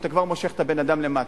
אתה כבר מושך את הבן-אדם למטה,